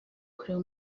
kureba